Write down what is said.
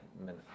minute